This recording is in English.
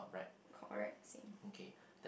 correct same